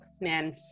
man